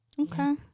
okay